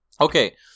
Okay